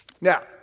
Now